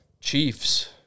Chiefs